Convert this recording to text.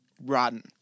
rotten